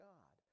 God